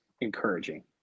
Encouraging